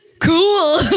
Cool